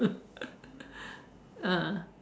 ah